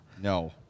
No